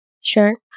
Sure